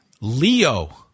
Leo